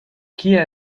kie